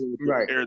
right